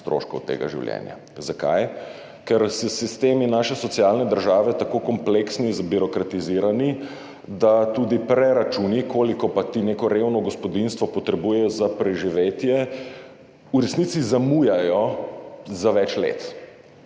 stroškov tega življenja. Zakaj? Ker so sistemi naše socialne države tako kompleksni in zbirokratizirani, da tudi preračuni, koliko pa neko revno gospodinjstvo potrebuje za preživetje, v resnici zamujajo za več let.